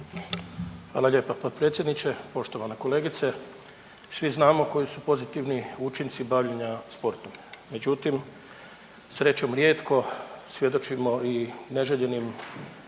Hvala lijepa potpredsjedniče, poštovana kolegice. Svi znamo koji su pozitivni učinci bavljenja sportom, međutim, srećom rijetko, svjedočimo i neželjenim